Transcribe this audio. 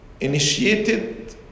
initiated